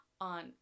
on